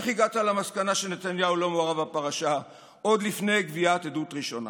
איך הגעת למסקנה שנתניהו לא מעורב בפרשה עוד לפני גביית עדות ראשונה?